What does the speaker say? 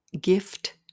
gift